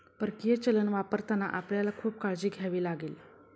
परकीय चलन वापरताना आपल्याला खूप काळजी घ्यावी लागेल